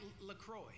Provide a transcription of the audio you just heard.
LaCroix